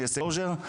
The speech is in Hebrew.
אני אעשה קלוז'ר,